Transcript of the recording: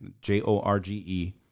J-O-R-G-E